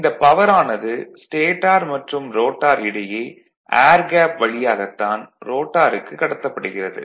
இந்த பவர் ஆனது ஸ்டேடார் மற்றும் ரோட்டார் இடையே ஏர் கேப் வழியாகத் தான் ரோட்டாருக்கு கடத்தப்படுகிறது